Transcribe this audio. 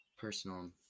personal